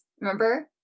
Remember